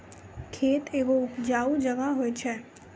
खेत एगो उपजाऊ जगह होय छै